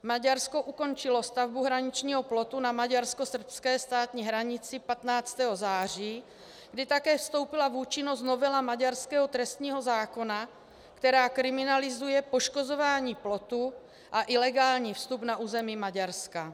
Maďarsko ukončilo stavbu hraničního plotu na maďarskosrbské státní hranici 15. září, kdy také vstoupila v účinnost novela maďarského trestního zákona, která kriminalizuje poškozování plotu a ilegální vstup na území Maďarska.